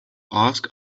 ask